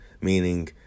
meaning